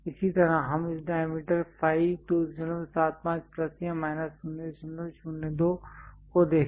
इसी तरह हम इस डायमीटर फाई 275 प्लस या माइनस 002 को देखें